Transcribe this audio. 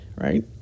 right